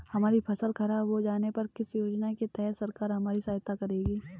हमारी फसल खराब हो जाने पर किस योजना के तहत सरकार हमारी सहायता करेगी?